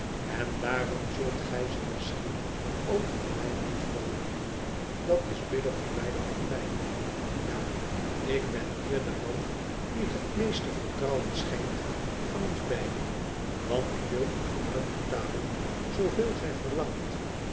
en daarom zult gij ze misschien ook van mij niet verlangen dat is billijk voor beide partijen ja ik ben hier de man die het meeste vertrouwen schenkt van ons beiden want ik wil u vooruit betalen zooveel gij verlangt